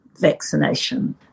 vaccination